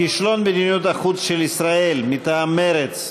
כישלון מדיניות החוץ של ישראל, מטעם מרצ.